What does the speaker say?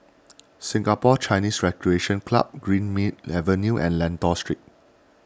Singapore Chinese Recreation Club Greenmead Avenue and Lentor Street